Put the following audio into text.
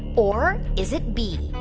or is it b,